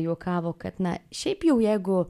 juokavo kad na šiaip jau jeigu